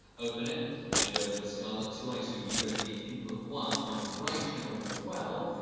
open it and go for the scarlett two i two usb input one on the right channel as well.